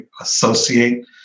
associate